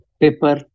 paper